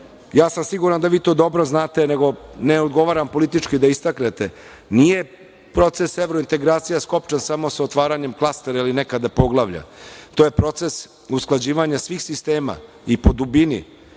nešto, siguran sam da vi to dobro znate, nego ne odgovara vam politički da istaknete, nije proces evrointegracija skopčan samo sa otvaranjem klastera ili nekad poglavlja, to je proces usklađivanja svih sistema, i po dubini,